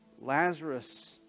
Lazarus